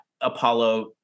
Apollo